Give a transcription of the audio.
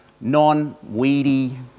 non-weedy